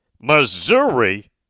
Missouri